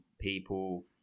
people